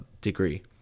degree